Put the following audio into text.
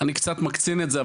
אני קצת מקצין את זה,